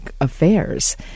affairs